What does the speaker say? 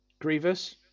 Grievous